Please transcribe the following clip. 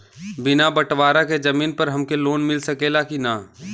बिना बटवारा के जमीन पर हमके लोन मिल सकेला की ना?